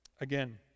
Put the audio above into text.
Again